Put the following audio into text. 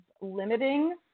limiting